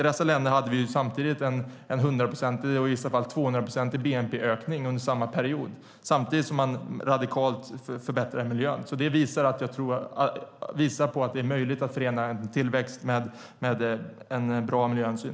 I dessa länder hade vi en 100-procentig och i vissa fall 200-procentig bnp-ökning under samma period samtidigt som man radikalt förbättrade miljön. Det visar att det är möjligt att förena tillväxt med miljöhänsyn.